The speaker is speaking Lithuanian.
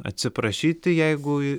atsiprašyti jeigu